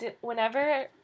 whenever